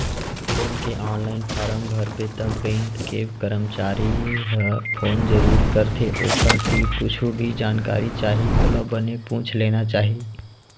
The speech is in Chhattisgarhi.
लोन के ऑनलाईन फारम भरबे त बेंक के करमचारी ह फोन जरूर करथे ओखर तीर कुछु भी जानकारी चाही ओला बने पूछ लेना चाही